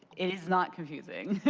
it is not confusing.